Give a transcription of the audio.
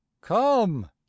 come